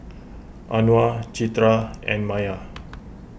Anuar Citra and Maya